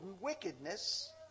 wickedness